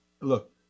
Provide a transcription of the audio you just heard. look